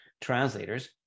translators